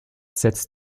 setzt